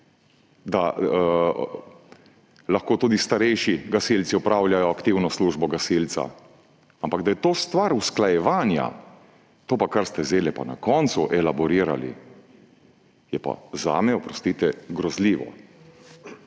da lahko tudi starejši gasilci opravljajo aktivno službo gasilca, ampak da je to stvar usklajevanja. To, kar ste zdajle pa na koncu elaborirali, je pa zame, oprostite, grozljivo.